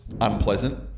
unpleasant